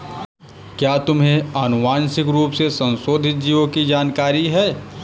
क्या तुम्हें आनुवंशिक रूप से संशोधित जीवों की जानकारी है?